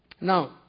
Now